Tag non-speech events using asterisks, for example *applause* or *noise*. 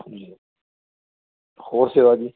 *unintelligible* ਹੋਰ ਸੇਵਾ ਜੀ